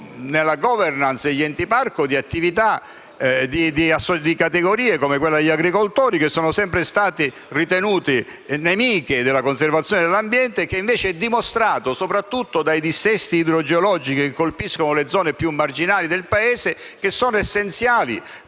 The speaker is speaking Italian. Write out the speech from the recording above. nella *governance* degli Enti parco di attività di categorie come gli agricoltori, che sono sempre state ritenute nemiche della conservazione dell'ambiente e che invece è dimostrato, soprattutto dai dissesti idrogeologici che colpiscono le zone più marginali del Paese, che sono essenziali